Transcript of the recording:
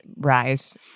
rise